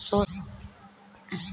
social fund में बहुते कमाई बाटे